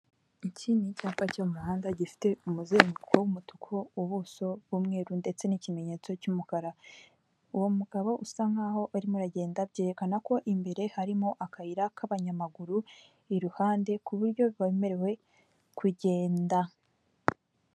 Iki ni icyapa cyo mu muhanda gifite umuzenguruko w'umutuku ubuso bw'umweru ndetse n'ikimenyetso cy'umukara uwo mugabo usa nkaho arimo aragenda byerekana ko imbere harimo akayira k'abanyamaguru iruhande ku buryo bemerewe kugenda.